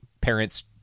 parents